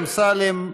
אמסלם,